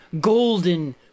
golden